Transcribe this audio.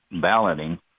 balloting